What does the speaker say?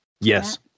yes